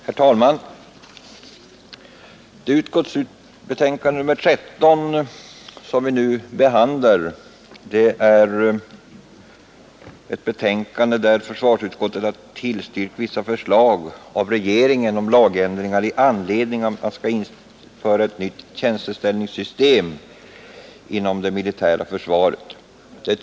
Herr talman! I sitt betänkande nr 13 har försvarsutskottet tillstyrkt vissa förslag av regeringen till lagändringar med anledning av att det skall införas ett nytt tjänsteställningssystem inom det militära försvaret.